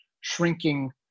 shrinking